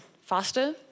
faster